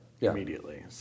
immediately